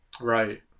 Right